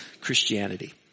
Christianity